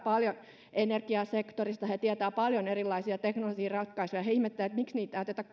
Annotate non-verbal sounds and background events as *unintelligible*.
*unintelligible* paljon energiasektorista he tietävät paljon erilaisia teknologisia ratkaisuja he ihmettelevät miksi niitä ei oteta *unintelligible*